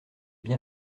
bien